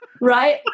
Right